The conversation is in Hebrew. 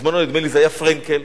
ונדמה לי שבזמנו זה היה פרנקל.